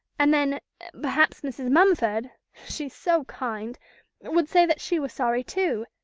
and then perhaps mrs. mumford she's so kind would say that she was sorry too.